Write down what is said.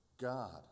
God